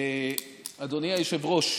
אדוני היושב-ראש,